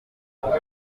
rwanda